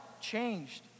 changed